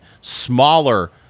smaller